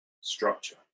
structure